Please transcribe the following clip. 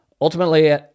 Ultimately